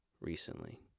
recently